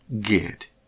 get